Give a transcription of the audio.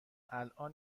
الان